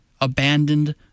abandoned